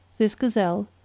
this gazelle,